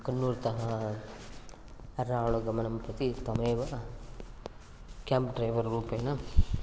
कण्णूर्तः अराळुगमनं प्रति तमेव केब् ड्रैवर् रूपेण